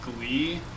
glee